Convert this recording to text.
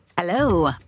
Hello